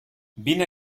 vine